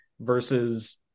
versus